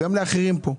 וגם לאחרים פה,